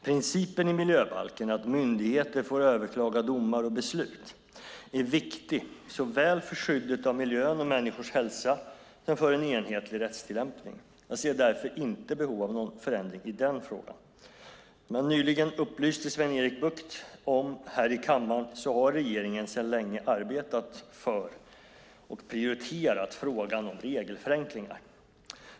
Principen i miljöbalken att myndigheter får överklaga domar och beslut är viktig såväl för skyddet av miljön och människors hälsa som för en enhetlig rättstillämpning. Jag ser därför inte behov av någon förändring i den frågan. Som jag nyligen upplyste Sven-Erik Bucht om i kammaren har regeringen sedan länge arbetat för och prioriterat frågan om regelförenklingar.